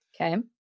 Okay